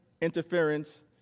interference